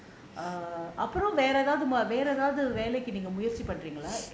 அப்புறம் வேற எதாவது வேலைக்கு நீங்க முயற்சி பண்றீங்களா:appuram vera ethavthu velaikku neenga muyarchi pandreengalaa